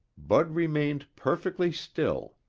bud remained perfectly still.